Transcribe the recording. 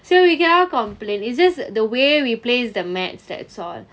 so we cannot complain it's just the way we place the mats that's all